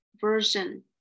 version